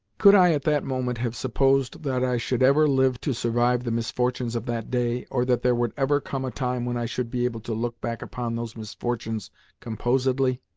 could i at that moment have supposed that i should ever live to survive the misfortunes of that day, or that there would ever come a time when i should be able to look back upon those misfortunes composedly?